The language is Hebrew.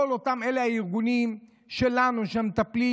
מכל אותם הארגונים שלנו שמטפלים,